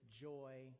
joy